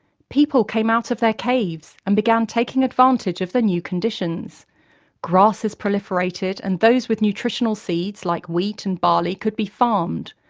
people came out of their caves and began taking advantage of the new conditions grasses proliferated and those with nutritional seeds, like wheat and barley, could be farmed.